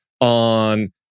on